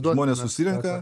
žmonės susirenka